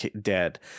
dead